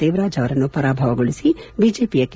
ದೇವರಾಜ್ ಅವರನ್ನು ಪರಾಭವಗೊಳಿಸಿ ಬಿಜೆಪಿಯ ಕೆ